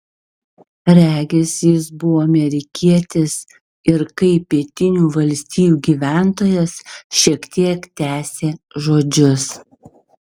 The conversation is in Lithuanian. regis jis buvo amerikietis ir kaip pietinių valstijų gyventojas šiek tiek tęsė žodžius